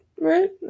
right